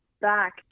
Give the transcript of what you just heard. back